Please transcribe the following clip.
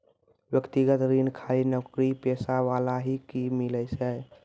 व्यक्तिगत ऋण खाली नौकरीपेशा वाला ही के मिलै छै?